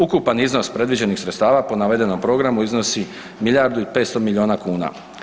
Ukupan iznos predviđenih sredstava po navedenom programu iznosi milijardu i 500 milijuna kuna.